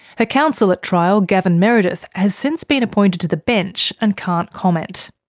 her counsel at trial gaven meredith has since been appointed to the bench and can't comment.